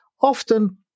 often